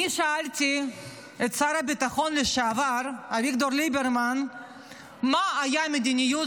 שאלתי את שר הביטחון לשעבר אביגדור ליברמן מה הייתה המדיניות